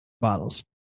bottles